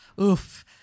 Oof